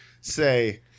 say